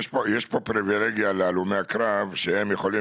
יש כאן פריווילגיה להלומי הקרב שהם יכולים